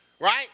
right